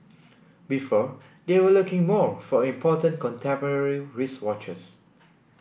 before they were looking more for important contemporary wristwatches